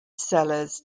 cellars